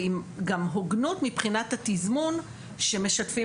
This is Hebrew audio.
ועם גם הוגנות מבחינת התזמון שמשתפים